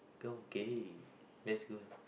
okay that's good